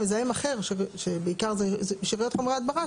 מזהם אחר שבעיקר זה שאריות חומרי הדברה,